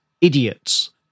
idiots